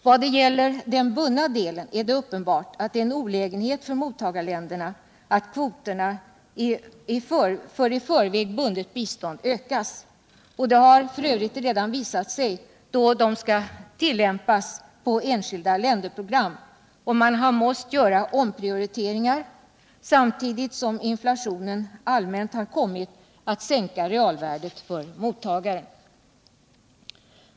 Vad gäller den bundna delen är det uppenbart att det är en olägenhet för mottagarländerna att kvoterna för i förväg bundet bistånd ökas. Detta har f. ö. visat sig då de skall tillämpas på enskilda länderprogram, och man har måst göra omprioriteringar, samtidigt som inflationen alltmer har kommit att sänka realvärdet för mottagaren.